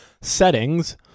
settings